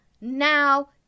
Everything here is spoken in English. now